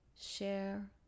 Share